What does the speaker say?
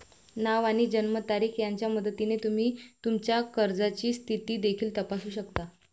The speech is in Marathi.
नाव आणि जन्मतारीख यांच्या मदतीने तुम्ही तुमच्या कर्जाची स्थिती देखील तपासू शकता